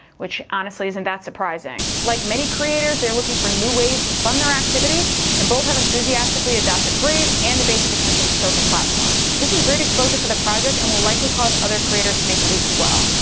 which honestly isn't that surprising. like many creators they're looking for new ways to fund their activity and both have enthusiastically adopted brave and the basic attention token platform. this is great exposure for the project and will likely cause other creators to make the leap as well.